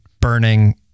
burning